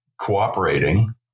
cooperating